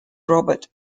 robert